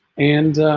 and